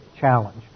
challenge